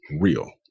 real